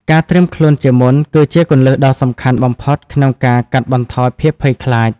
ការត្រៀមខ្លួនជាមុនគឺជាគន្លឹះដ៏សំខាន់បំផុតក្នុងការកាត់បន្ថយភាពភ័យខ្លាច។